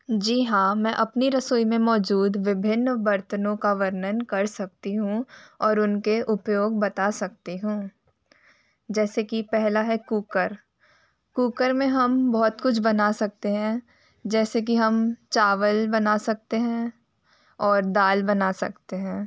जी हाँ मैं अपने रसोई में मौजूद विभिन्न बर्तनों का वर्णन कर सकती हूँ और उनके उपयोग बता सकती हूँ जैसे कि पहला है कूकर कूकर में हम बहुत कुछ बना सकते हैं जैसे कि हम चावल बना सकते हैं और दाल बना सकते हैं